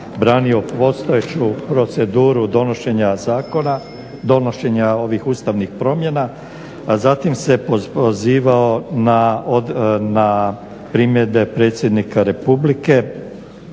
branio postojeću proceduru donošenja ovih ustavnih promjena, a zatim se pozivao na primjedbe predsjednika Republike